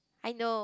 I know